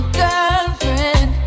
girlfriend